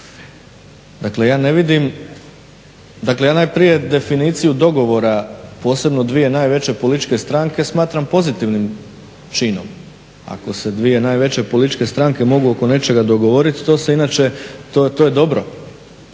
dakle na najprije definiciju dogovora posebno dvije najveće političke stranke smatram pozitivnim činom, ako se dvije najveće političke stranke mogu oko nečega dogovoriti, to se inače,